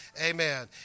amen